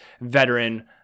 veteran